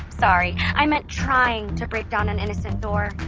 sorry. i meant trying to break down an innocent door